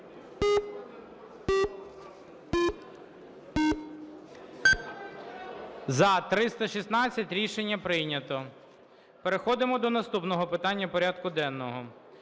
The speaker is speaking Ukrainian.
За-316 Рішення прийнято. Переходимо до наступного питання порядку денного.